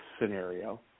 scenario